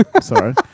Sorry